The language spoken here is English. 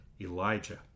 Elijah